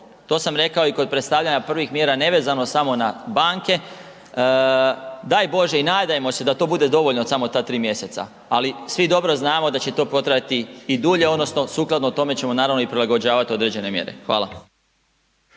to sam rekao i kod predstavljanja prvih mjera, nevezano samo na banke, daj Bože i nadajmo se da to bude dovoljno samo ta 3 mjeseca, ali svi dobro znamo da će to potrajati i dulje odnosno sukladno tome ćemo naravno i prilagođavati određene mjere. Hvala.